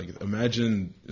imagine